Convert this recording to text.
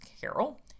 Carol